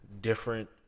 different